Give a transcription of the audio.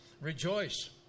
Rejoice